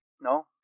No